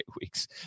weeks